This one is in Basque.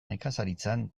nekazaritzan